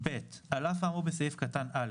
"(ב)על אף האמור בסעיף קטן (א)